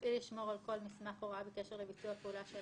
להיות גם בסמוך לאחר ביצוע הפעולה.